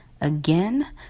again